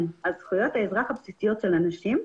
על זכויות האזרח הבסיסיות של אנשים,